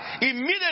Immediately